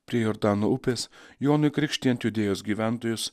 prie jordano upės jonui krikštijant judėjos gyventojus